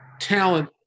talent